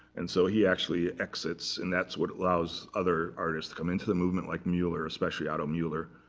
and so he actually exits. and that's what allows other artists to come into the movement, like muller, especially otto muller,